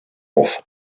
off